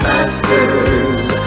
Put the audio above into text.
Masters